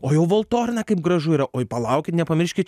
o jau voltorna kaip gražu yra oi palaukit nepamirškit